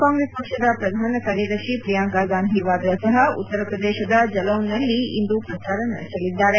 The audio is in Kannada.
ಕಾಂಗ್ರೆಸ್ ಪಕ್ಷದ ಪ್ರಧಾನ ಕಾರ್ಯದರ್ಶಿ ಪ್ರಿಯಾಂಕಾ ಗಾಂಧಿ ವಾದ್ರಾ ಸಹ ಉತ್ತರ ಪ್ರದೇಶದ ಜಲೌನ್ ನಲ್ಲಿ ಇಂದು ಪ್ರಚಾರ ನಡೆಸಲಿದ್ದಾರೆ